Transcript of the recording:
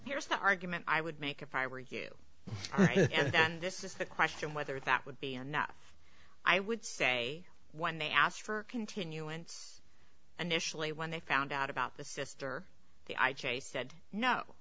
here's the argument i would make if i were you and this is the question whether that would be enough i would say when they asked for continuance initially when they found out about the sister